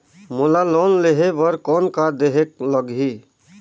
मोला लोन लेहे बर कौन का देहेक लगही?